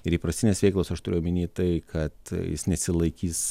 ir įprastinės veiklos aš turiu omeny tai kad jis nesilaikys